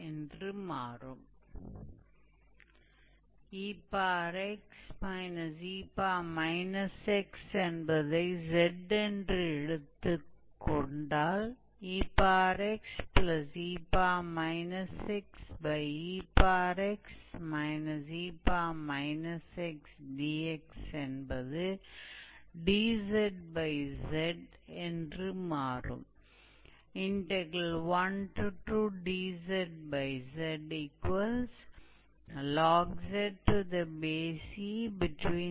अब यदि हम इसे z के बराबर रखते हैं क्षमा करें यह 1 है अगर हम इस 1 को z के बराबर करते हैं तो यह डेरिवैटिव होगा यह टर्म इसका डेरिवैटिव होगा